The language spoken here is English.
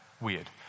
weird